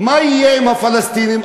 מה יהיה עם הפלסטינים?